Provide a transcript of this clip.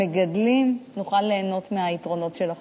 מגדלים, נוכל ליהנות מהיתרונות של החוק.